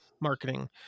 marketing